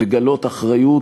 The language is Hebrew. לגלות אחריות,